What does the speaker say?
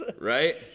Right